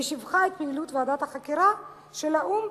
ושיבחה את פעילות ועדת החקירה של האו"ם,